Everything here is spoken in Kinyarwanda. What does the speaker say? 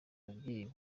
ababyeyi